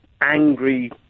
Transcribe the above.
angry